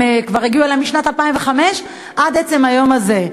כבר הגיעו אלי משנת 2005 עד עצם היום הזה.